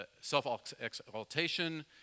self-exaltation